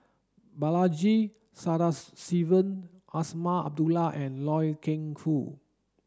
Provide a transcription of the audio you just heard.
Balaji Azman Abdullah and Loy Keng Foo